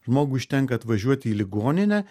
žmogui užtenka atvažiuoti į ligoninę